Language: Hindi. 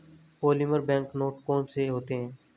पॉलीमर बैंक नोट कौन से होते हैं